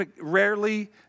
rarely